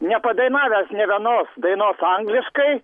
nepadainavęs nė vienos dainos angliškai